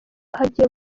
hagiye